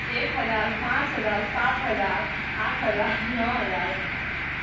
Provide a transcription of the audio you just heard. एक हज़ार पाँच हज़ार सात हज़ार आठ हज़ार नो हज़ार